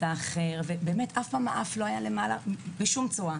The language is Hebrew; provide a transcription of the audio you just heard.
האחר ובאמת אף פעם האף לא היה למעלה בשום צורה.